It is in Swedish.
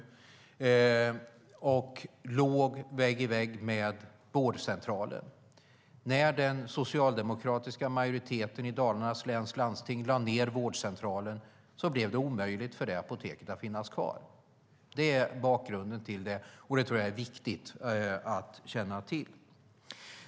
Apoteket låg vägg i vägg med vårdcentralen. När den socialdemokratiska majoriteten i Landstinget Dalarna lade ned vårdcentralen blev det omöjligt för apoteket att finnas kvar. Det är viktigt att känna till bakgrunden.